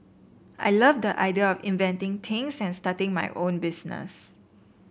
I love the idea of inventing things and starting my own business